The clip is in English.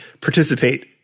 participate